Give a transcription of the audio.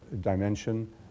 dimension